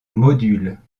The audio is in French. module